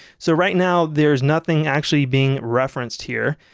so right now there's nothing actually being referenced here,